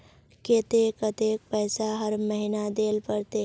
केते कतेक पैसा हर महीना देल पड़ते?